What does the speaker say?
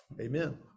Amen